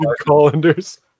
colanders